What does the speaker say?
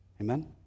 Amen